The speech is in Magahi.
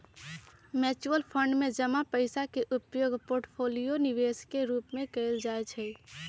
म्यूचुअल फंड में जमा पइसा के उपयोग पोर्टफोलियो निवेश के रूपे कएल जाइ छइ